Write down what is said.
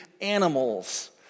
animals